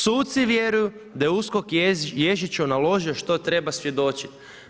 Suci vjeruju da je USKOK Ježiću naložio što treba svjedočiti.